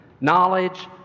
Knowledge